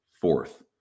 fourth